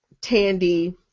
Tandy